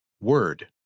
Word